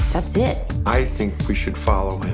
that's it. i think we should follow him.